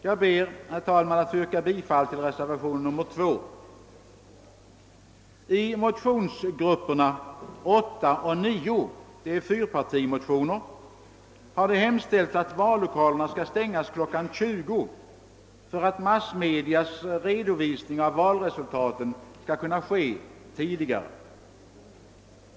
Jag ber, herr talman, att få yrka bifall till reservationen 2. I motionsgrupperna 8 och 9 — det är fyrpartimotioner — har hemställts att vallokalerna skall stängas kl. 20 för att massmedias redovisning av valresultaten skall kunna lämnas tidigare.